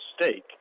stake